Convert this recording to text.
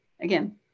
again